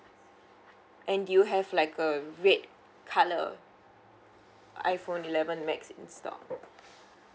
and do you have like uh red colour iPhone eleven max in stock